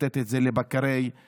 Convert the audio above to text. לתת את זה לבקרי גבול.